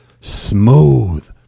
smooth